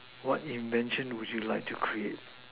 what invention would you like to create